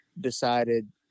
decided